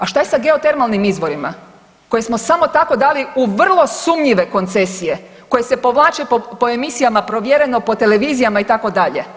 A šta je sa geotermalnim izvorima koje smo samo tako dali u vrlo sumnjive koncesije koje se povlače po emisijama Provjereno, po televizijama itd.